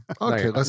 okay